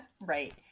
Right